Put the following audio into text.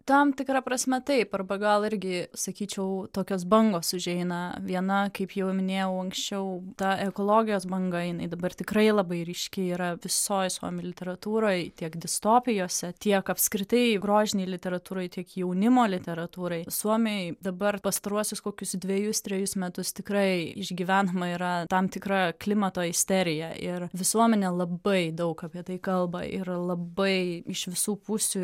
tam tikra prasme taip arba gal irgi sakyčiau tokios bangos užeina viena kaip jau minėjau anksčiau ta ekologijos banga jinai dabar tikrai labai ryški yra visoj suomių literatūroj tiek distopijose tiek apskritai grožinėj literatūroj tiek jaunimo literatūroj somijoj dabar pastaruosius kokius dvejus trejus metus tikrai išgyvenama yra tam tikra klimato isterija ir visuomenė labai daug apie tai kalba ir labai iš visų pusių